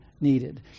needed